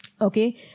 okay